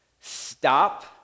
Stop